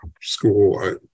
school